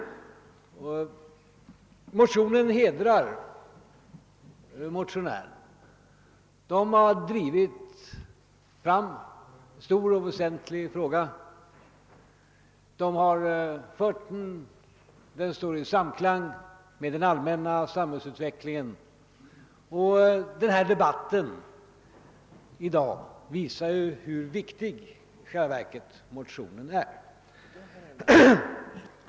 Motionen hedrar motionärerna. De har drivit fram en stor och väsentlig fråga. Motionen står i samklang med den allmänna samhällsutvecklingen, och debatten i dag visar hur viktig motionen i själva verket är.